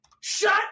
Shut